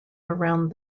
around